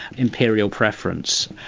imperial preference.